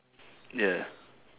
ya